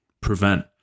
prevent